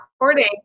recording